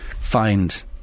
find